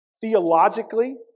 theologically